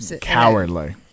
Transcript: cowardly